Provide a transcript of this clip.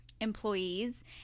employees